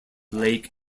lake